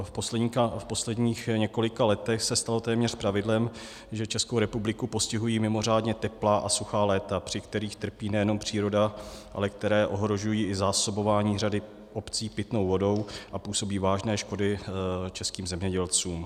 V posledních několika letech se stalo téměř pravidlem, že Českou republiku postihují mimořádně teplá a suchá léta, při kterých trpí nejenom příroda, ale které ohrožují i zásobování řady obcí pitnou vodou a působí vážné škody českým zemědělcům.